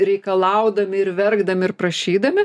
reikalaudami ir verkdami ir prašydami